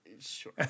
Sure